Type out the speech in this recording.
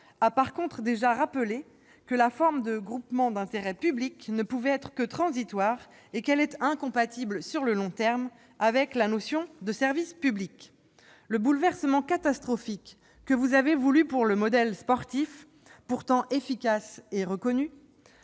d'État a déjà rappelé que la forme de groupement d'intérêt public ne pouvait être que transitoire et qu'elle est incompatible sur le long terme avec la notion de service public. Le bouleversement catastrophique que vous avez voulu pour le modèle, pourtant efficace et reconnu,